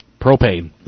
Propane